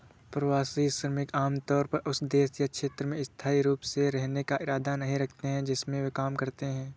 प्रवासी श्रमिक आमतौर पर उस देश या क्षेत्र में स्थायी रूप से रहने का इरादा नहीं रखते हैं जिसमें वे काम करते हैं